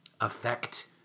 affect